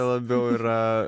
labiau yra